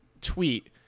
tweet